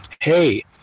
hey